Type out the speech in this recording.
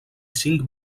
cinc